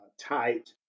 tight